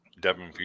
Devin